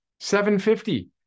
7.50